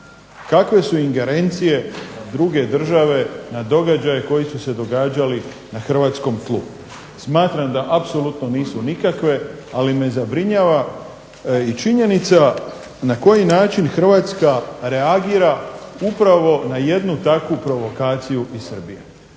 Kakve su ingerencije druge države na događaj koji su se događali na hrvatskom tlu? Smatram da apsolutno nisu nikakve, ali me zabrinjava i činjenica na koji način Hrvatska reagira upravo na jednu takvu provokaciju iz Srbije.